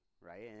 right